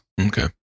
Okay